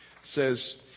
says